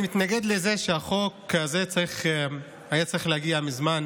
אני מתנגד לכך החוק הזה היה צריך להגיע מזמן